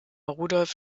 rudolph